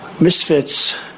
Misfits